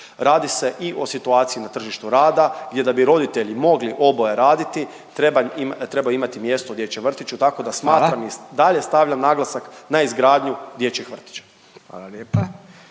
Radi se i o situaciji na tržištu rada, jer da bi roditelji mogli oboje raditi trebaju imati mjesto u dječjem vrtiću, tako da smatram … …/Upadica Radin: Hvala./… … i dalje stavljam naglasak na izgradnju dječjeg vrtića.